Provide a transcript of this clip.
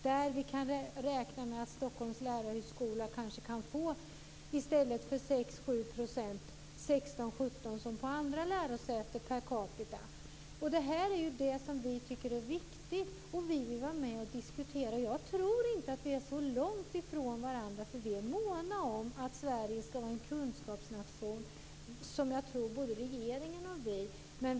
Då kan vi räkna med att Stockholms lärarhögskola kanske i stället för 6 eller 7 % kan få 16 eller 17 % per capita som på andra lärosäten. Det är vad vi tycker är viktigt, och vi vill vara med att diskutera. Jag tror inte att vi är så långt ifrån varandra. Jag tror att både regeringen och vi är måna om att Sverige ska vara en kunskapsnation.